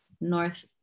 north